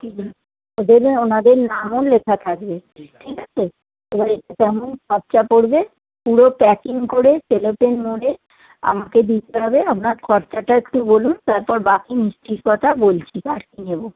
ঠিক আছে ওদের ওঁদের নামও লেখা থাকবে ঠিক আছে এবারে কেমন খরচা পড়বে পুরো প্যাকিং করে সেলোটেপ মুড়ে আমাকে দিতে হবে আপনার খরচাটা একটু বলুন তারপর বাকি মিষ্টির কথা বলছি আর কী নেবো